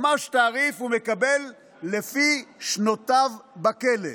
ממש תעריף, הוא מקבל לפי שנותיו בכלא: